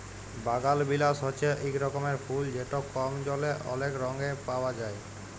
বাগালবিলাস হছে ইক রকমের ফুল যেট কম জলে অলেক রঙে পাউয়া যায়